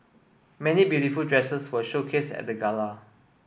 many beautiful dresses were showcased at the gala